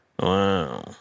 Wow